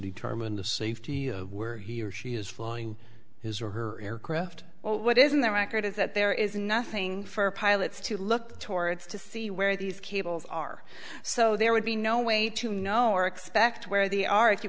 determine the safety of where he or she is following his or her aircraft or what is in their record is that there is nothing for pilots to look towards to see where these cables are so there would be no way to know or expect where the are if you